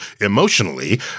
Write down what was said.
emotionally